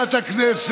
ויש שיוך מפלגתי, חבר